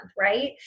Right